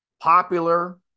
popular